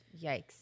Yikes